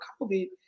COVID